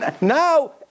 Now